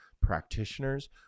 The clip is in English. practitioners